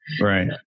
Right